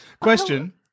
Question